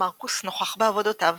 מרקוס נוכח בעבודותיו